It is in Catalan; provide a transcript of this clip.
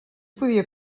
podia